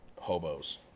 hobos